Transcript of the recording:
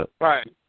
Right